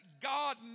God